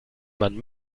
man